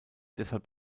deshalb